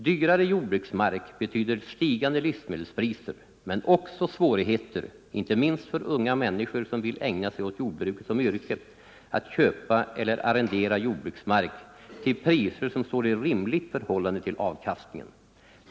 Dyrare jordbruksmark betyder stigande livsmedelspriser men också svårigheter inte minst för unga människor som vill ägna sig åt jordbruket som yrke att köpa eller arrendera jordbruksmark till priser som står i rimligt förhållande till avkastningen.